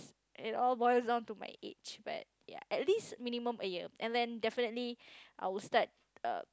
it all boils down on to my age but yeah at least minimum a year and then defiantly I will start err